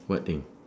what thing